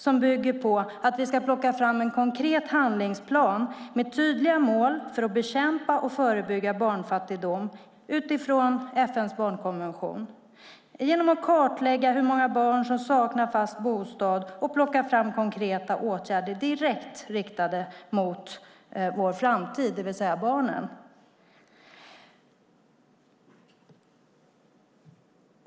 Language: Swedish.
Det bygger på att vi ska plocka fram en konkret handlingsplan med tydliga mål för att bekämpa och förebygga barnfattigdom utifrån FN:s barnkonvention genom att kartlägga hur många barn som saknar fast bostad och plocka fram konkreta åtgärder direkt riktade mot vår framtid, det vill säga barnen.